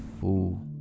fool